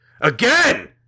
Again